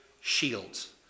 shields